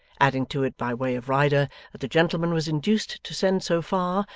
adding to it by way of rider that the gentleman was induced to send so far,